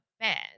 bad